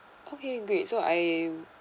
okay great so I